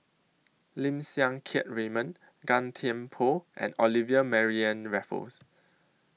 Lim Siang Keat Raymond Gan Thiam Poh and Olivia Mariamne Raffles